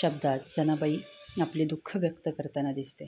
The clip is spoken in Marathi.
शब्दात जनाबाई आपले दुःख व्यक्त करताना दिसते